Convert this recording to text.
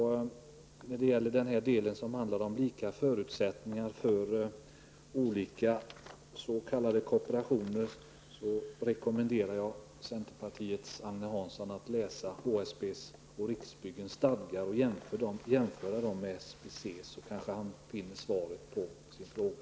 När det gäller lika förutsättningar för olika s.k. kooperationer rekommenderar jag centerpartiets Agne Hansson att läsa HSBs och Riksbyggens stadgar och jämföra dem med SBCs. Då kanske han finner svaret på sin fråga.